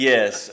Yes